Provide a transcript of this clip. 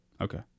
Okay